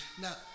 now